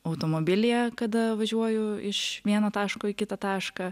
automobilyje kada važiuoju iš vieno taško į kitą tašką